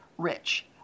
rich